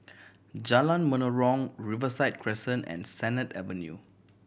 Jalan Menarong Riverside Crescent and Sennett Avenue